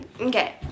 Okay